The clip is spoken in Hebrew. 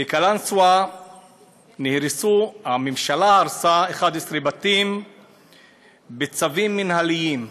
בקלנסואה הממשלה הרסה 11 בתים בצווים מינהליים.